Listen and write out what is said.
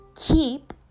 keep